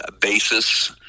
basis